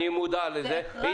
אני מודע לזה.